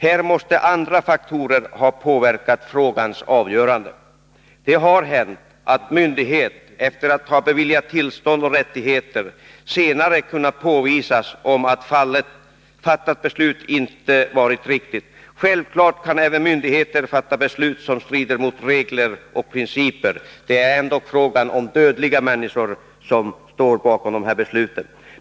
Här måste andra faktorer ha påverkat frågans avgörande. Det har hänt att det kunnat påvisas att myndighet som beviljat tillstånd och rättigheter har fattat beslut som inte varit riktigt. Självfallet kan även myndigheter fatta beslut som strider mot regler och principer — det är ändock dödliga människor som står bakom dessa beslut.